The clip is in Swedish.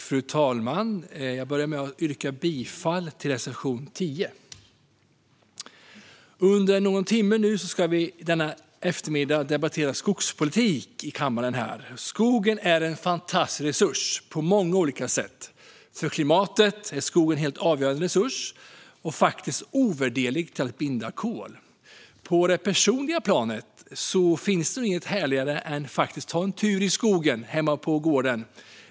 Fru talman! Jag börjar med att yrka bifall till reservation 10. Under någon timme denna eftermiddag ska vi debattera skogspolitik här i kammaren. Skogen är en fantastisk resurs på många olika sätt. För klimatet är skogen en helt avgörande resurs och faktiskt ovärderlig för att binda kol. På det personliga planet finns det nog inget härligare än att ta en tur i skogen hemma på gården.